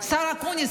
השר אקוניס,